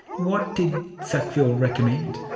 what did sackville recommend?